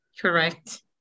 Correct